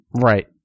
Right